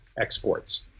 exports